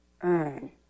earn